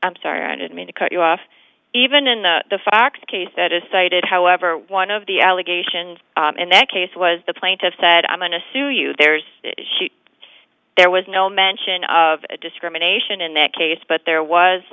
i'm sorry i didn't mean to cut you off even in the fox case that is cited however one of the allegations in that case was the plaintiff said i'm going to sue you there's there was no mention of discrimination in that case but there was